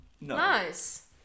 Nice